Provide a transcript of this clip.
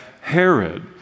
Herod